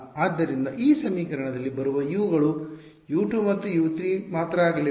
ಆದ್ದರಿಂದ ಈ ಸಮೀಕರಣದಲ್ಲಿ ಬರುವ U ಗಳು U2 ಮತ್ತು U3 ಮಾತ್ರ ಆಗಲಿವೆ